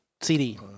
CD